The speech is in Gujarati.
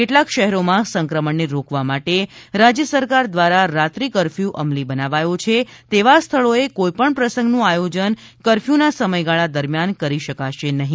કેટલાક શહેરોમાં સંક્રમણને રોકવા માટે રાજ્ય સરકાર દ્વારા રાત્રિ કરફ્યૂ અમલી બનાવાયો છે તેવા સ્થળોએ કોઇપણ પ્રસંગનું આયોજન કરફ્યૂના સમયગાળા દરમ્યાન કરી શકાશે નહી